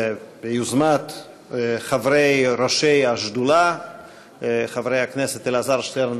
ביוזמת ראשי השדולה חברי הכנסת אלעזר שטרן